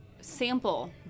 sample